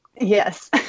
yes